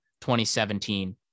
2017